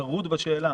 טרוד בשאלה